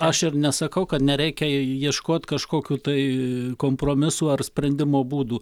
aš ir nesakau kad nereikia ieškot kažkokių tai kompromisų ar sprendimo būdų